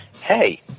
hey